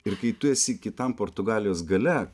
ir kai tu esi kitam portugalijos gale